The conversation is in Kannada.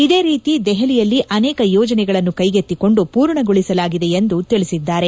ಇದೇ ರೀತಿ ದೆಹಲಿಯಲ್ಲಿ ಅನೇಕ ಯೋಜನೆಗಳನ್ನು ಕೈಗೆತ್ತಿಕೊಂಡು ಪೂರ್ಣಗೊಳಿಸಲಾಗಿದೆ ಎಂದು ತಿಳಿಸಿದ್ದಾರೆ